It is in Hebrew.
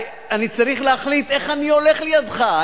אני צריך להחליט איך אני הולך לידך,